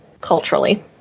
culturally